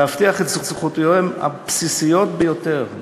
להבטיח את זכויותיהם הבסיסיות ביותר,